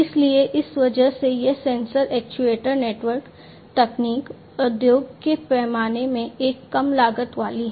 इसलिए इस वजह से यह सेंसर एक्चुएटर नेटवर्क तकनीक उद्योग के पैमाने में एक कम लागत वाली है